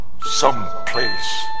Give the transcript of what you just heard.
Someplace